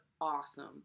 awesome